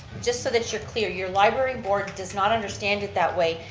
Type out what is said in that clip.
just so that you're clear, your library board does not understand it that way.